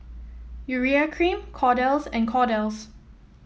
Urea Cream Kordel's and Kordel's